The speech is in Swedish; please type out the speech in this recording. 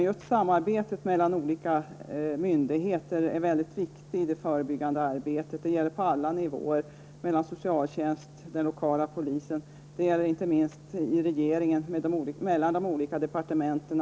Just samarbetet mellan olika myndigheter är väldigt viktigt i det förebyggande arbetet, och det gäller på alla nivåer: mellan socialtjänsten och den lokala polisen och inte minst mellan regeringen och de olika departementen.